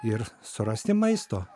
ir surasti maisto